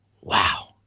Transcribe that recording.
wow